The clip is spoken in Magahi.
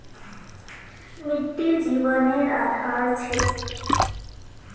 मिटटी जिवानेर आधार छे